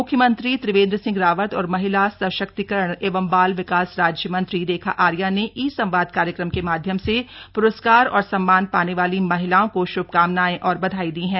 मुख्यमंत्री त्रिवेन्द्र सिंह रावत और महिला सशक्तिकरण एवं बाल विकास राज्य मंत्री रेखा आर्या ने ई संवाद कार्यक्रम के माध्यम से पुरस्कार और सम्मान पाने वाली महिलाओं को शुभकामनायें और बधाई दी है